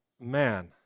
man